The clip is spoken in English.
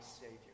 Savior